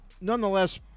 nonetheless